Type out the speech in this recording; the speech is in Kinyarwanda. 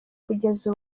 kugeza